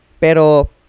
Pero